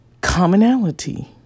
commonality